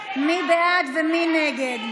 בעד ומי נגד?